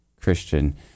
Christian